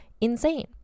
insane